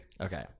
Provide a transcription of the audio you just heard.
Okay